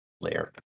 layer